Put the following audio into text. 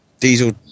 Diesel